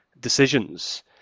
decisions